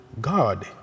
God